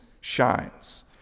shines